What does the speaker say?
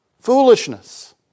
Foolishness